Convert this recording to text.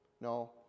No